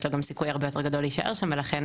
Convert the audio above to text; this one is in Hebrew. יש לו גם סיכוי הרבה יותר גדול להישאר שם ולכן,